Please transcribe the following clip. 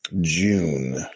June